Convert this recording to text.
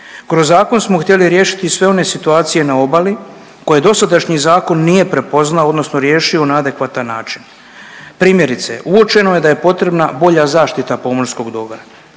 Kroz zakon smo htjeli riješiti i sve one situacije na obali koje dosadašnji zakon nije prepoznao odnosno riješio na adekvatan način. Primjerice uočeno je da je potrebna bolja zaštita pomorskog dobra,